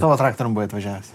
savo traktorium buvai atvažiavęs